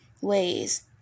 ways